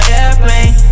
airplane